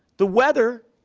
the weather